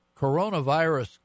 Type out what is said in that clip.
coronavirus